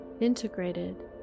integrated